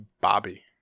Bobby